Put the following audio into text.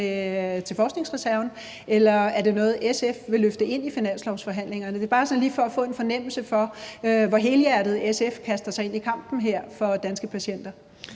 om forskningsreserven, eller er det noget, SF vil løfte ind i finanslovsforhandlingerne? Det er bare sådan lige for at få en fornemmelse af, hvor helhjertet SF kaster sig ind i kampen her for danske patienter.